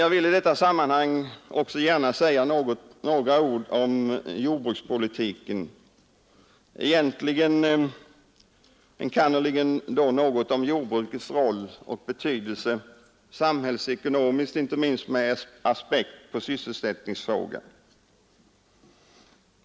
Jag vill i detta sammanhang gärna säga några ord också om jordbrukspolitiken, enkannerligen då något om jordbrukets roll och betydelse samhällsekonomiskt, inte minst med tanke på sysselsättningsfrågan.